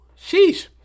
Sheesh